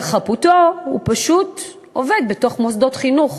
חפותו הוא פשוט עובד בתוך מוסדות חינוך